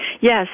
Yes